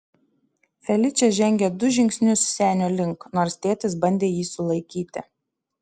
feličė žengė du žingsnius senio link nors tėtis bandė jį sulaikyti